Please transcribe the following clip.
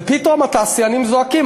ופתאום התעשיינים זועקים,